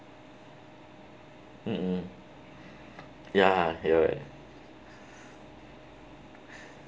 mmhmm ya you're right